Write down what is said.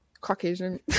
Caucasian